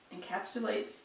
encapsulates